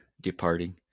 departing